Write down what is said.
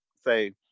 Say